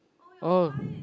oh